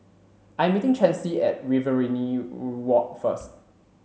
I'm meeting Chancey at Riverina Walk first